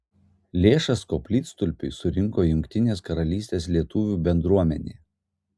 lėšas koplytstulpiui surinko jungtinės karalystės lietuvių bendruomenė